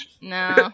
No